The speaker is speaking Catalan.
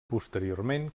posteriorment